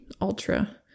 ultra